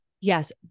yes